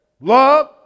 Love